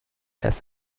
erst